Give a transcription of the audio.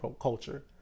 culture